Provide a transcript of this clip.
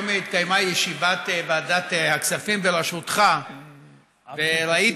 היום התקיימה ישיבת ועדת הכספים בראשותך וראיתי,